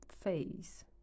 face